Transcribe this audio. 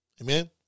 amen